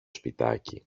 σπιτάκι